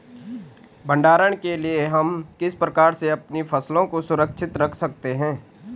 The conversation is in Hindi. भंडारण के लिए हम किस प्रकार से अपनी फसलों को सुरक्षित रख सकते हैं?